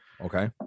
Okay